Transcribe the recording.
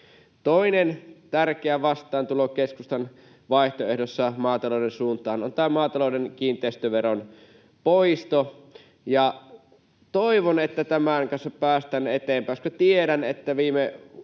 Toinen tärkeä vastaantulo keskustan vaihtoehdossa maatalouden suuntaan on tämä maatalouden kiinteistöveron poisto. Toivon, että tämän kanssa päästään eteenpäin. Tiedän, että viime